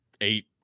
eight